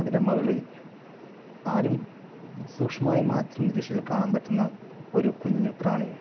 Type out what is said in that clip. അതിൻ്റെ മുകളിൽ ആരും സൂക്ഷ്മമായി മാത്രം നിരീക്ഷിച്ചാൽ കാണാൻ പറ്റുന്ന ഒരു കുഞ്ഞു പ്രാണിയും